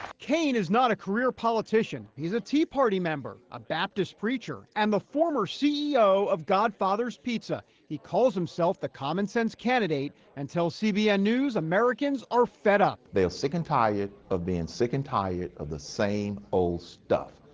cain is not a career politician. he's a tea party member, a baptist preacher, and the former ceo of godfather's pizza. he calls himself the common sense candidate and tells cbn news americans are fed up. they're sick and tired of being sick and tired of the same old stuff,